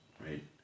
right